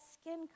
skin